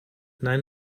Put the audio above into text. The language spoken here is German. nein